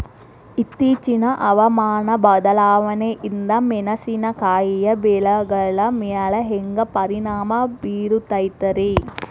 ಇತ್ತೇಚಿನ ಹವಾಮಾನ ಬದಲಾವಣೆಯಿಂದ ಮೆಣಸಿನಕಾಯಿಯ ಬೆಳೆಗಳ ಮ್ಯಾಲೆ ಹ್ಯಾಂಗ ಪರಿಣಾಮ ಬೇರುತ್ತೈತರೇ?